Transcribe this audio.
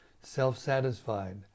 self-satisfied